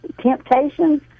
Temptations